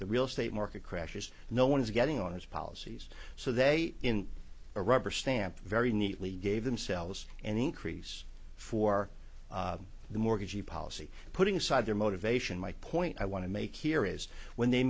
the real estate market crashes no one is getting on his policies so they in a rubber stamp very neatly gave themselves an increase for the mortgagee policy putting aside their motivation my point i want to make here is when they